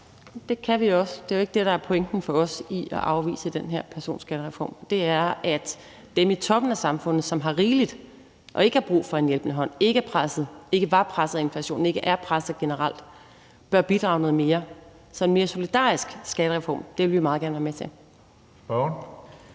Det kan vi også. Det er jo ikke det, der er pointen for os, når vi afviser den her personskattereform. Den er, at dem i toppen af samfundet, som har rigeligt og ikke har brug for en hjælpende hånd, ikke var presset af inflationen og ikke er presset generelt, bør bidrage noget mere. Så en mere solidarisk skattereform vil vi meget gerne være med til.